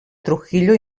trujillo